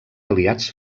aliats